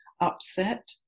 upset